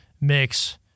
mix